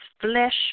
flesh